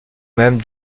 même